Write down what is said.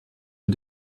ont